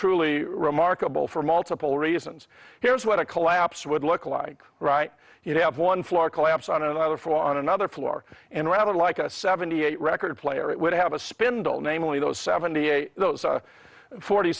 truly remarkable for multiple reasons here is what a collapse would look like right you have one floor collapse on another floor on another floor and rather like a seventy eight record player it would have a spindle namely those seventy eight those forty